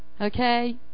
Okay